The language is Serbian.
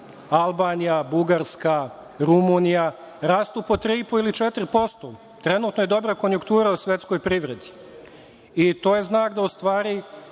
Albanija, Bugarska, Rumunija rastu po 3,5% ili 4%. Trenutno je dobra konjuktura u svetskoj privredi. To je znak da u stvari